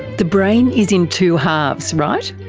the brain is in two halves, right?